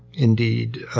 indeed,